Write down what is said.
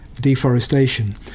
deforestation